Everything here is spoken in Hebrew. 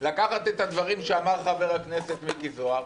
לקחת את הדברים שאמר חבר הכנסת מיקי זוהר,